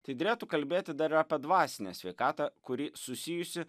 tai derėtų kalbėti dar apie dvasinę sveikatą kuri susijusi